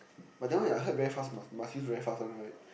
but that one I heard very fast must must use very fast one right